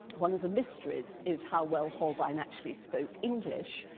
one of the mysteries is how well holbein actually spoke english,